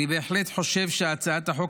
אני בהחלט חושב שהצעת החוק